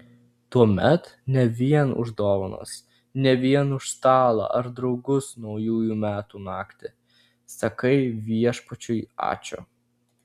tuomet ne vien už dovanas ne vien už stalą ar draugus naujųjų metų naktį sakai viešpačiui ačiū